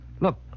Look